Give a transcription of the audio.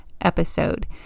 episode